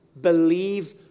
believe